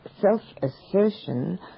self-assertion